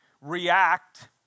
react